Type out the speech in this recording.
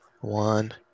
one